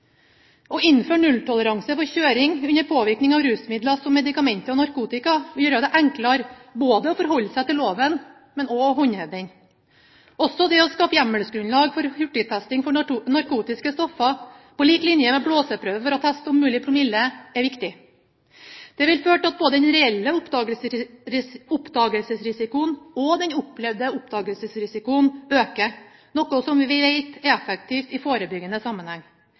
Å innføre nulltoleranse for kjøring under påvirkning av rusmidler som medikamenter og narkotika vil gjøre det enklere både å forholde seg til loven og å håndheve den. Også det å skaffe hjemmelsgrunnlag for hurtigtesting for narkotiske stoffer på lik linje med blåseprøve for å teste om mulig promille er viktig. Det vil føre til at både den reelle oppdagelsesrisikoen og den opplevde oppdagelsesrisikoen øker, noe som vi vet er effektivt i forebyggende sammenheng.